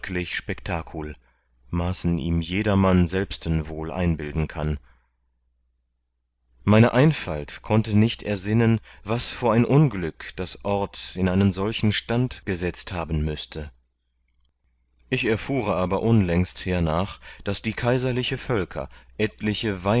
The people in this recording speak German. spektakul maßen ihm jedermann selbsten wohl einbilden kann meine einfalt konnte nicht ersinnen was vor ein unglück das ort in einen solchen stand gesetzt haben müßte ich erfuhre aber unlängst hernach daß die kaiserliche völker etliche